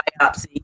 biopsy